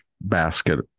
basket